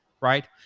right